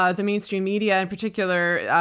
ah the mainstream media in particular,